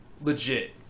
legit